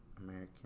American